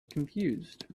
confused